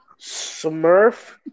Smurf